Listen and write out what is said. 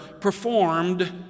performed